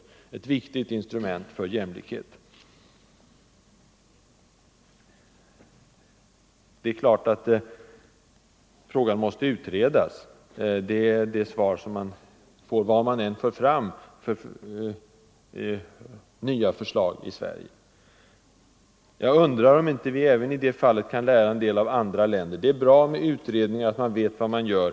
Det är ett viktigt instrument för jämlikhet. Givetvis måste frågan utredas. Det är ju ett svar man får vilka förslag man än för fram här i landet. Men jag undrar om vi inte också i det fallet kan lära en del av andra länder. Visst är det bra med utredningar, så att vi vet vad vi gör.